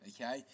okay